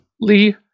lee